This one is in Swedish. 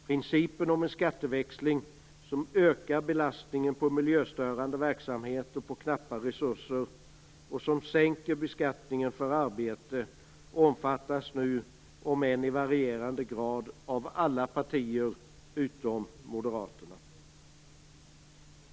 Principen om en skatteväxling som ökar belastningen på miljöstörande verksamhet och på knappa resurser och som sänker beskattningen för arbete omfattas nu - om än i varierande grad - av alla partier utom Moderaterna.